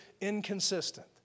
inconsistent